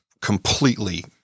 completely